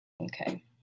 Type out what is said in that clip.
Okay